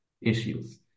issues